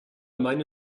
meine